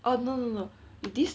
oh no no no this